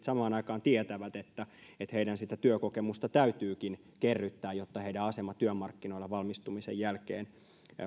samaan aikaan tietävät että heidän sitä työkokemusta täytyykin kerryttää jotta heidän asemansa työmarkkinoilla valmistumisen jälkeen